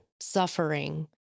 suffering